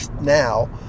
now